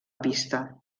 pista